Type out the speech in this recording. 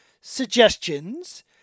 suggestions